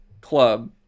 club